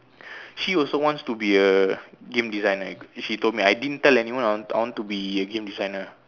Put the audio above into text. she also wants to be a game designer she told me I didn't tell anyone I want I want to be a game designer